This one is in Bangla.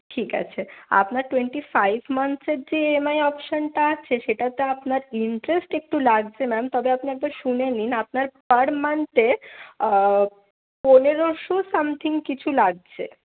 ঠিক আছে আপনার টোয়েন্টি ফাইভ মান্থসের যে ইএমআই অপশনটা আছে সেটাতে আপনার ইন্টারেস্ট একটু লাগছে ম্যাম তবে আপনি একবার শুনে নিন আপনার পার মান্থে পনেরোশো সামথিং কিছু লাগছে